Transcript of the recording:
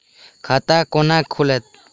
खाता केना खुलत?